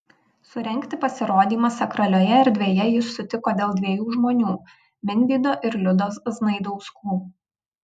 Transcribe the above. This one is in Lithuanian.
surengti pasirodymą sakralioje erdvėje jis sutiko dėl dviejų žmonių minvydo ir liudos znaidauskų